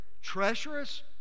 treacherous